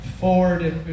forward